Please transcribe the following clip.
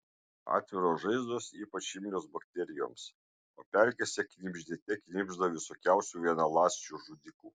atviros žaizdos ypač imlios bakterijoms o pelkėse knibždėte knibžda visokiausių vienaląsčių žudikų